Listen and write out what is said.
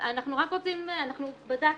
אנחנו בדקנו,